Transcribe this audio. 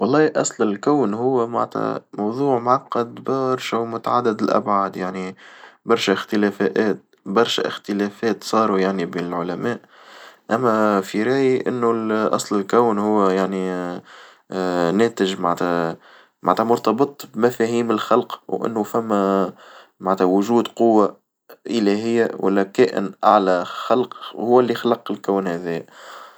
والله أصل الكون هو معنتها موضوع معقد برشا ومتعدد الأبعاد يعني برشا اختلافات برشا اختلافات صاروا يعني بين العلماء، أما في رأيي إنه الأصل الكون هو يعني ناتج معنتها معنتها مرتبط بمفاهيم الخلق وإنه فما معنتها وجود قوة إلهية والا كائن أعلى خلق وهو اللي خلق الكون هذايا.